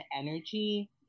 energy